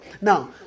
Now